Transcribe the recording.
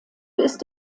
ist